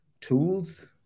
tools